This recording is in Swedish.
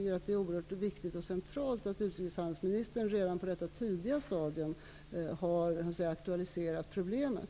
Det är också oerhört viktigt och centralt att utrikeshandelsministern redan på detta tidiga stadium har aktualiserat problemet.